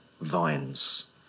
Vines